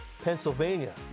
Pennsylvania